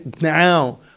now